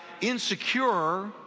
insecure